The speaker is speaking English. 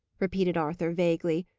repeated arthur, vaguely,